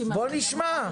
בוא נשמע.